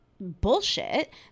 bullshit